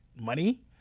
money